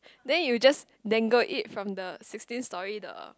then you just then go it from the sixteen story the